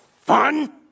fun